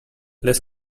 less